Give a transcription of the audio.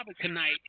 tonight